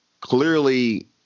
clearly